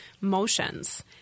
motions